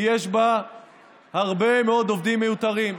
כי יש בה הרבה מאוד עובדים מיותרים.